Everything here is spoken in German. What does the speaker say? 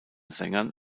sängern